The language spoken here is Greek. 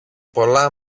πολλά